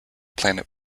planet